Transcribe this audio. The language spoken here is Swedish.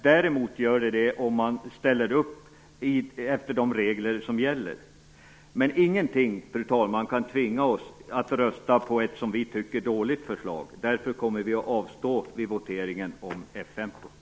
Det gör det däremot om man ställer upp på de regler som gäller. Ingenting, fru talman, kan tvinga oss att rösta på ett, som vi tycker, dåligt förslag. Därför kommer vi att avstå från att rösta i voteringen om F 15.